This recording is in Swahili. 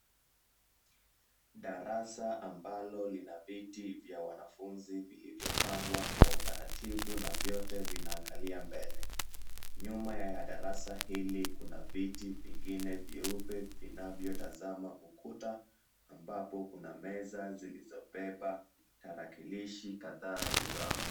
Darasa ambalo lina viti vya wanafunzi vilivyopangwa kwa utaratibu na vyote vinaangalia mbele. Nyuma ya darasa hili kuna viti vingine vyeupe vinavyotazama ukuta ambapo kuna meza zilizobeba tarakilishi kadhaa juu zao.